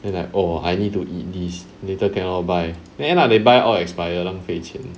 then like oh I need to eat these later cannot buy then end up they buy all expire 浪费钱